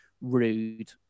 rude